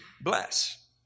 bless